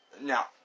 Now